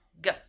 go